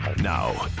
Now